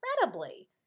incredibly